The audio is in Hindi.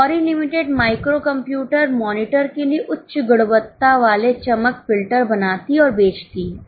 Gauri limited micro computer monitor के लिए उच्च गुणवत्ता वाले चमक फिल्टर बनाती और बेचती है